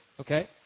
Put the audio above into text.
okay